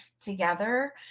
together